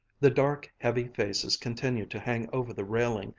the dark, heavy faces continued to hang over the railing,